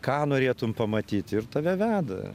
ką norėtum pamatyti ir tave veda